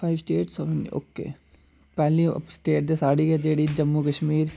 five states of okay पैह्ली state ते साढ़ी गै जेह्ड़ी जम्मू कश्मीर